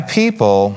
people